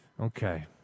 Okay